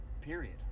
period